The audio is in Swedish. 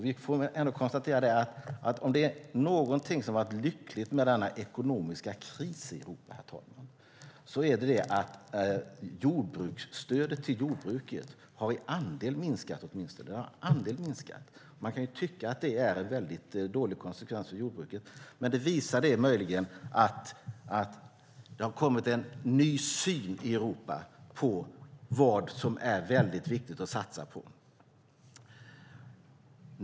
Vi får ändå konstatera att om någonting har varit lyckligt med den ekonomiska krisen i Europa, herr talman, är det att stödet till jordbruket har minskat i andel. Man kan tycka att det är en väldigt dålig konsekvens för jordbruket, men det visar möjligen att det i Europa har kommit en ny syn på vad som är viktigt att satsa på.